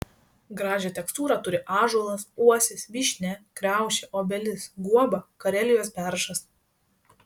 gražią tekstūrą turi ąžuolas uosis vyšnia kriaušė obelis guoba karelijos beržas